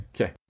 Okay